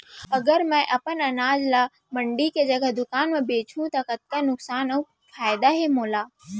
अगर मैं अपन अनाज ला मंडी के जगह दुकान म बेचहूँ त कतका नुकसान अऊ फायदा हे मोला?